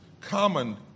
Common